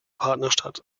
partnerstadt